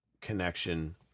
connection